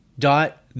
dot